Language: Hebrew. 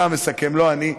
אתה המסכם, לא אני,